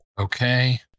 Okay